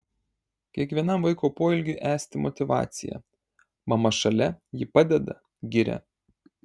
kiekvienam vaiko poelgiui esti motyvacija mama šalia ji padeda giria